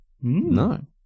No